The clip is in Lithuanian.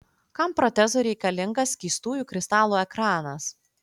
kam protezui reikalingas skystųjų kristalų ekranas